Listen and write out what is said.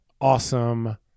awesome